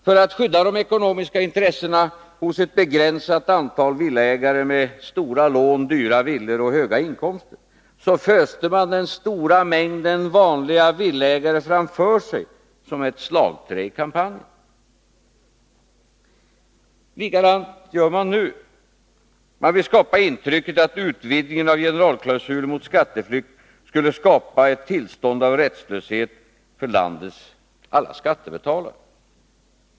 För att skydda ekonomiska intressen hos ett begränsat antal villaägare med stora lån, dyra villor och höga inkomster, föste man den stora mängden vanliga villaägare framför sig som ett slagträ i kampanjen. Likadant gör man nu. Man vill skapa ett intryck av att utvidgningen av generalklausulen mot skatteflykt kommer att skapa ett tillstånd av rättslöshet för landets alla skattebetalare.